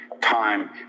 time